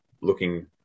looking